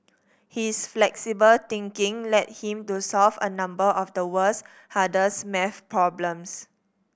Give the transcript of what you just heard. his flexible thinking led him to solve a number of the world's hardest maths problems